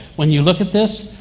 when you look at this,